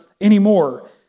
anymore